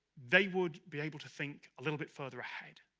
they would be able to think a little bit further ahead.